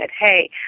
hey